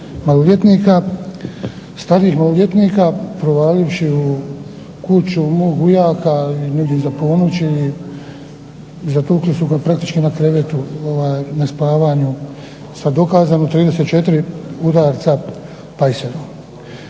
maloljetnika, starijih maloljetnika, provalivši u kuću mog ujaka negdje iza ponoći i zatukli su ga praktički na krevetu na spavanju. Sa dokazano 34 udarca pajserom.